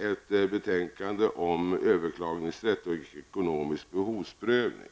ett betänkande om överklagningsrätt och ekonomisk behovsprövning.